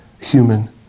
human